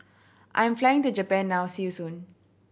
I'm flying to Japan now see you soon